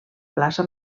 plaça